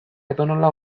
edonola